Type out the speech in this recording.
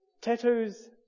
tattoos